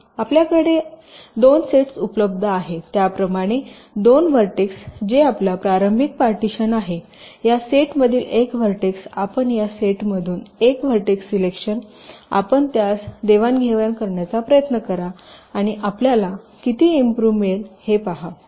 आपल्याकडे आपल्याकडे 2 सेट्स उपलब्ध आहेत त्याप्रमाणे 2 व्हर्टेक्स जे आपला प्रारंभिक पार्टीशन आहे या सेटमधील एक व्हर्टेक्स आपण या सेटमधून एक व्हर्टेक्स सिलेक्शन आपण त्यास देवाणघेवाण करण्याचा प्रयत्न करा आणि आपल्याला किती इम्प्रूव्ह मिळेल हे पहा